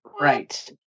Right